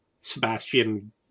Sebastian